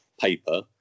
paper